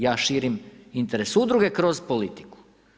Ja širim interes udruge kroz politiku.